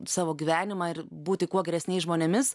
savo gyvenimą ir būti kuo geresniais žmonėmis